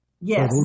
Yes